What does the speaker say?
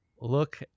Look